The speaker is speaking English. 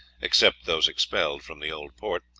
except those expelled from the old port,